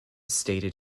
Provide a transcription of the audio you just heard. stated